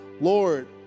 Lord